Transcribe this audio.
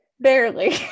barely